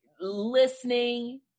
listening